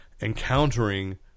Encountering